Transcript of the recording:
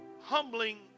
humbling